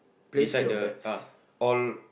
beside that ah all